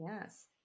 yes